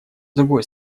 другой